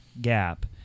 gap